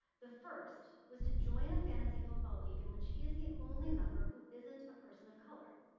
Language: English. the first was to join a fantasy football league in which he is the only member who isn't a person of color.